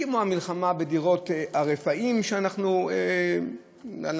כמו המלחמה בדירות הרפאים שאנחנו רואים,